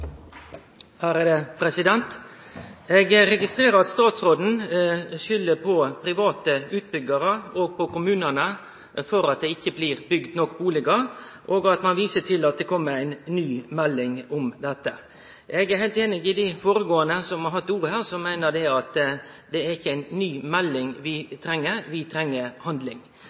Eg registrerer at statsråden skuldar på private utbyggjarar og på kommunane fordi det ikkje blir bygt nok bustader. Ein viser til at det kjem ei ny melding om dette. Eg er heilt einig med dei føregåande talarane som meiner at det ikkje er ei ny melding vi treng. Vi treng handling.